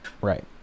Right